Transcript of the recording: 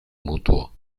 mutuo